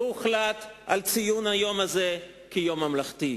והוחלט לציין את היום הזה כיום ממלכתי,